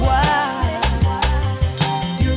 why you